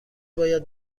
باید